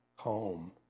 home